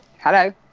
Hello